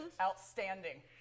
Outstanding